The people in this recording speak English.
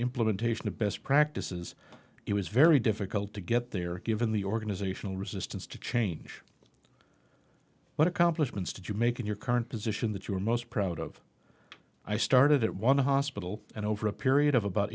implementation of best practices it was very difficult to get there given the organizational resistance to change what accomplishments did you make in your current position that you are most proud of i started at one hospital and over a period of about